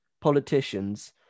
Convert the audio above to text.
politicians